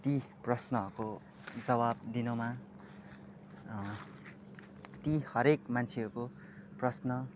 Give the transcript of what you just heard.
ती प्रश्नहरूको जवाफ दिनुमा ती हरेक मान्छेहरूको प्रश्न